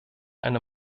eine